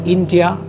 India